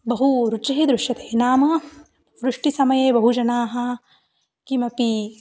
बहुरुचिः दृश्यते नाम वृष्टिसमये बहुजनाः किमपि